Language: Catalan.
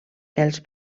els